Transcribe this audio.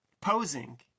Posing